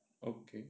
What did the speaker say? okay